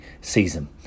season